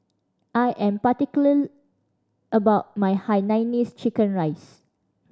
I am particular about my hainanese chicken rice